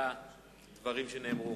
להשיב על הדברים שנאמרו.